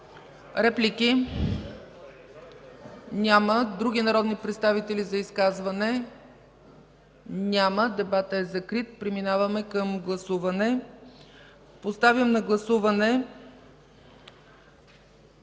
Реплики? Няма. Други народни представители за изказване? Няма. Дебатът е закрит. Преминаваме към гласуване. Поставям на гласуване